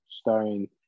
starring